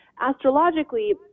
Astrologically